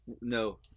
No